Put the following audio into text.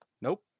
Nope